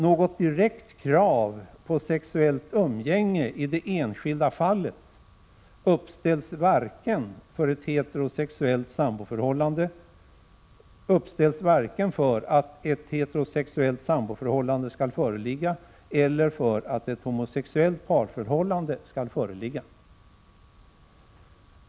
Något direkt krav på sexuellt umgänge i det enskilda fallet uppställs varken för att ett heterosexuellt samboförhållande skall föreligga eller för att ett homosexuellt parförhållande skall föreligga.